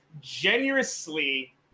generously